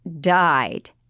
died